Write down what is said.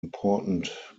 important